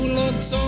lots